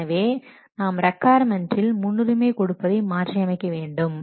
எனவே நாம் ரிக்கொயர்மென்டில் முன்னுரிமை கொடுப்பதை மாற்றி அமைக்க வேண்டும்